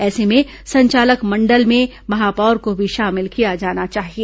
ऐसे में संचालक मंडल में महापौर को भी शामिल किया जाना चाहिए